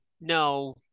no